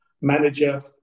manager